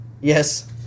Yes